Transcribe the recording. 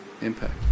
impact